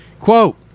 Quote